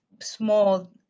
small